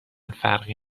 فرقی